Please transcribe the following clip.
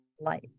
Life